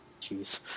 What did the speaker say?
Jeez